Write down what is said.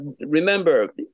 remember